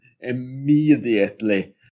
immediately